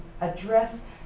address